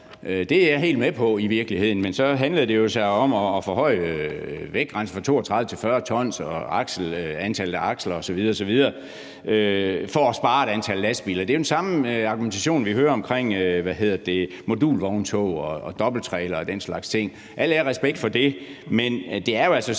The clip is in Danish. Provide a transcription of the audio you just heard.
det er jeg helt med på i virkeligheden. Men det handler jo så om at forhøje vægtgrænsen fra 32 til 40 tons og regulere antallet af aksler osv. osv. for at spare et antal lastbiler. Det er jo den samme argumentation, vi hører omkring modulvogntog og dobbelttrailere og den slags ting. Al ære og respekt for det, men det er jo altså sådan,